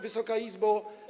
Wysoka Izbo!